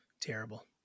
terrible